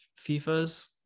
FIFA's